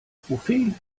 buffet